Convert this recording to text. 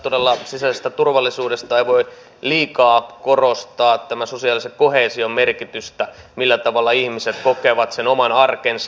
puhuttaessa sisäisestä turvallisuudesta ei voi liikaa korostaa sosiaalisen koheesion merkitystä millä tavalla ihmiset kokevat oman arkensa